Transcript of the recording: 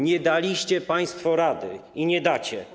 Nie daliście państwo rady i nie dacie.